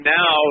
now